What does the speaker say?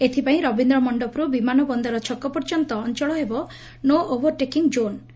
ଏଥିପାଇଁ ରବୀନ୍ଦ ମଣ୍ଡପରୁ ବିମାନ ବନ୍ଦର ଛକ ପର୍ଯ୍ୟନ୍ତ ଅଞ୍ଞଳ ହେବ 'ନୋ ଓଭର୍ଟେକିଂ ଜୋନ୍'